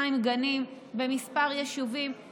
לטובת מזון מן החי לשמירה על צער בעלי חיים.